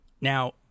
Now